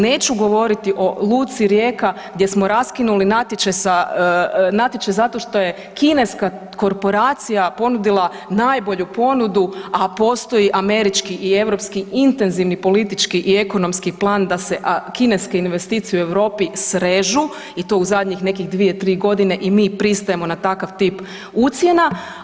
Neću govoriti o luci Rijeka gdje smo raskinuli natječaj zato što je kineska korporacija ponudila najbolju ponudu, a postoji američki i europski intenzivni politički i ekonomski plan da se kineske investicije u Europi srežu i to u zadnjih nekih 2-3.g. i mi pristajemo na takav tip ucjena.